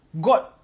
God